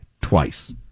twice